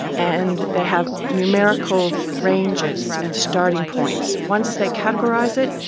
and they have numerical ranges and starting points. once they categorise it,